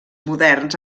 moderns